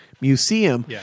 museum